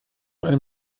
einem